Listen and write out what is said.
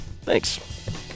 Thanks